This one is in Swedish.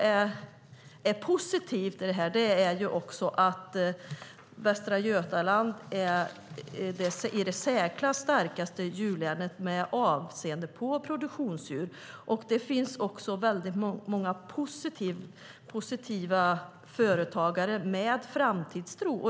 Västra Götaland är det i särklass starkaste djurlänet med avseende på produktionsdjur. Det finns många positiva företagare med framtidstro.